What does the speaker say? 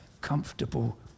comfortable